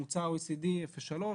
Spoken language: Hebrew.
ממוצע ה-OECD זה 0.3,